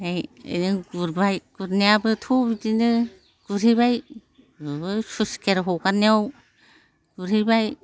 गुरबाय गुरनायाबोथ' बिदिनो गुरहैबाय स्लुइस गेट हगारनायाव गुरहैबाय